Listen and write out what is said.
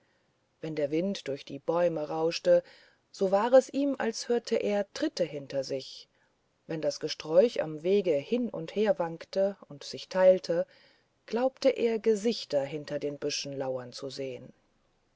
wenn der wind durch die bäume rauschte so war es ihm als höre er tritte hinter sich wenn das gesträuch am wege hin und her wankte und sich teilte glaubte er gesichter hinter den büschen lauern zu sehen